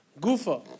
Gufa